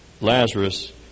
Lazarus